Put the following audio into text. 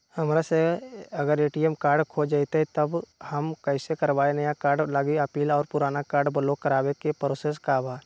हमरा से अगर ए.टी.एम कार्ड खो जतई तब हम कईसे करवाई नया कार्ड लागी अपील और पुराना कार्ड ब्लॉक करावे के प्रोसेस का बा?